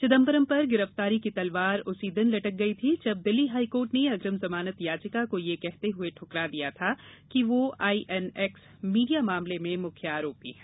चिदंबरम पर गिरफ्तारी की तलवार तो उसी दिन लटक गई थी जब दिल्ली हाईकोर्ट ने अग्रिम जमानत याचिका को यह कहते हुए दुकरा दिया था कि वह आईएनएक्स मीडिया मामले में मुख्य आरोपी हैं